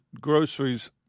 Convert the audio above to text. groceries